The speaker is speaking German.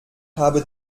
habe